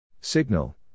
Signal